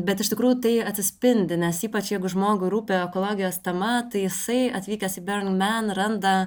bet iš tikrųjų tai atsispindi nes ypač jeigu žmogui rūpi ekologijos tema tai jisai atvykęs į burning man randa